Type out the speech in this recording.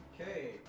Okay